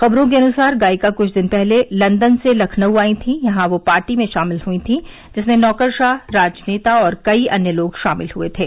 खबरों के अनुसार गायिका कुछ दिन पहले लन्दन से लखनऊ आई थी यहां वह पार्टी में शामिल हुई थी जिसमें नौकरशाह राजनेता और कई अन्य लोग शामिल हुए थे